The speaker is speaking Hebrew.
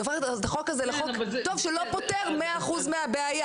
זה הופך את החוק הזה לחוק טוב שלא פותר מאה אחוז מהבעיה.